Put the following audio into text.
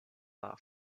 love